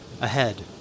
Ahead